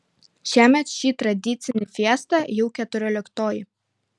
šiemet ši tradicinį fiesta jau keturioliktoji